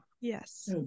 yes